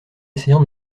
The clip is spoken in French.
essayant